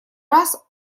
раз